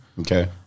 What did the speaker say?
Okay